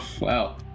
Wow